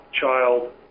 child